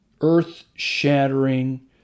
earth-shattering